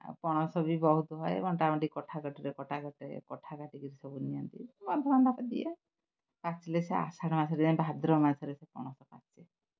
ଆଉ ପଣସ ବି ବହୁତ ହୁଏ ଏବଂ ବଣ୍ଟା ବଣ୍ଟି କଠା କଠି ରେ କଟା କଟିରେ କଠା କାଟିକିରି ସବୁ ନିଅନ୍ତି ବନ୍ଧୁବାନ୍ଧବ ଦିଏ ପାଚିଲେ ସେ ଆଷାଢ଼ ମାସରେ ଯାଇ ଭାଦ୍ରବ ମାସରେ ସେ ପଣସ ପାଚେ